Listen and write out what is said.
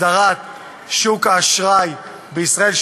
הסדרת שוק האשראי בישראל,